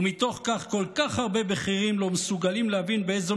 ומתוך כך כל כך הרבה בכירים לא מסוגלים להבין באיזו